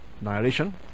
narration